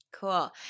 Cool